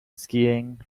skiing